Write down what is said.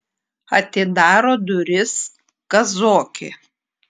atidaro duris kazokė